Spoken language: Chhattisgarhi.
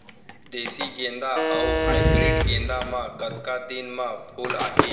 देसी गेंदा अऊ हाइब्रिड गेंदा म कतका दिन म फूल आही?